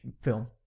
film